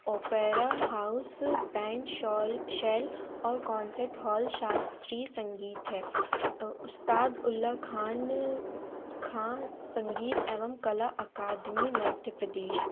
opera house पैन शौल शैल और कॉन्सर्ट हौल शास्त्रीय संगीत है उस्ताद उल्ला ख़ाँ ने ख़ाँ संगीत एवं कला अकादमी मध्य प्रदेश